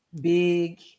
big